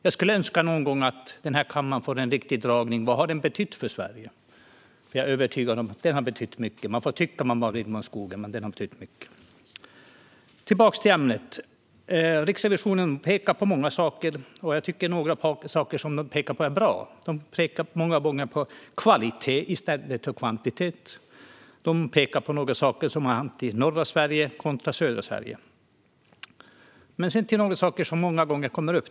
Jag önskar att den här kammaren någon gång ska få en riktig föredragning om vad skogsnäringen har betytt för Sverige. Jag är övertygad om att den har betytt mycket. Man får tycka vad man vill om skogen, men den har betytt mycket. Jag ska gå tillbaka till ämnet. Riksrevisionen pekar på många saker. Jag tycker att några saker som de pekar på är bra. De pekar många gånger på kvalitet i stället för kvantitet. De pekar på några saker som har hänt i norra Sverige kontra i södra Sverige. Sedan kommer jag till några saker som många gånger kommer upp.